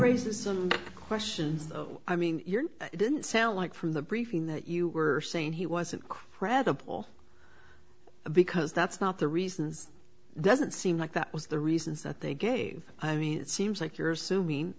the question i mean you're it didn't sound like from the briefing that you were saying he wasn't credible because that's not the reasons doesn't seem like that was the reasons that they gave i mean it seems like you're assuming